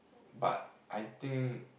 but I think